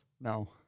No